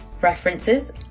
References